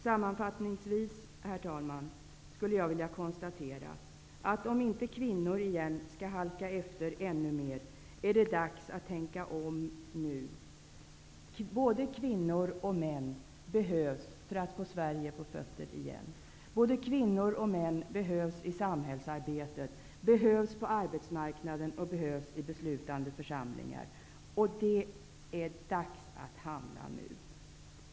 Sammanfattningsvis, herr talman, skulle jag vilja konstatera, att om inte kvinnor igen skall halka efter ännu mer är det dags att tänka om, nu. Både kvinnor och män behövs för att få Sverige på fötter igen. Både kvinnor och män behövs i samhällsarbetet, på arbetsmarknaden och i beslutande församlingar. Det är dags att handla nu.